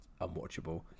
unwatchable